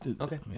Okay